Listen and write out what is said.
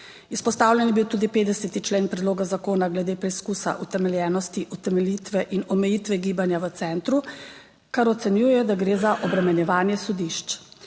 Izpostavljen je bil tudi 50. člen predloga zakona glede preizkusa utemeljenosti, utemeljitve in omejitve gibanja v centru. Kar ocenjuje, da gre za obremenjevanje sodišč.